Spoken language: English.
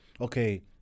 okay